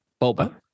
Boba